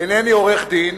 אינני עורך-דין,